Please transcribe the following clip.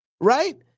Right